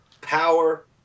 power